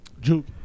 Juke